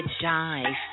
dive